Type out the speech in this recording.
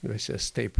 dvasias taip